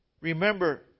Remember